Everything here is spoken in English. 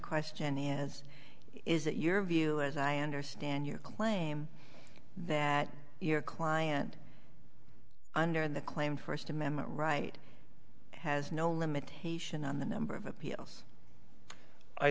question is is that your view as i understand your claim that your client under the claim first amendment right has no limitation on the number of appeals i